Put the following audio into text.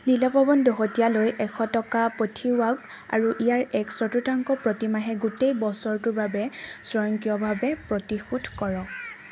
নীলপৱন দহোটীয়ালৈ এশ টকা পঠিয়াওক আৰু ইয়াৰ এক চতুৰ্থাংশ প্ৰতি মাহে গোটেই বছৰটোৰ বাবে স্বয়ংক্ৰিয়ভাৱে প্ৰতিশোধ কৰক